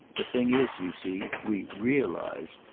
the thing is, you see, we realise.